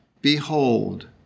behold